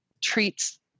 treats